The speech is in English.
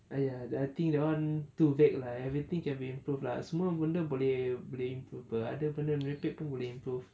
!aiya! I think that one too vague lah like everything can be improve lah semua benda boleh boleh improve [pe] ada benda merepek pun boleh improve